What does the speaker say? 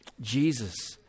Jesus